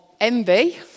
envy